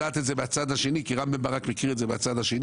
יודעת את זה מהצד השני כי רם בן ברק מכיר את זה מהצד השני,